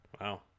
Wow